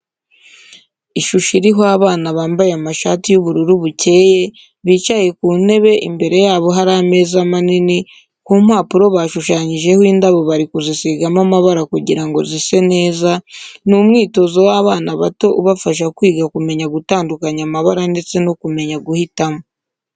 Ishusho iriho abana bambaye amashati y'ubururu bukeye, bicaye ku ntebe imbere yabo hari ameza manini ku mpapuro bashushanyije indabo bari kuzisigamo amabara kugira ngo zise neza, ni umwitozo w'abana bato ubafasha kwiga kumeya gutandukanya amabara ndetse no kumenya guhitamo.